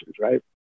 right